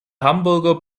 hamburger